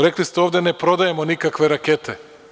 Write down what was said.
Rekli ste – ovde ne prodajemo nikakve rakete.